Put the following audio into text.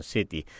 City